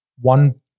one